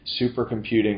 supercomputing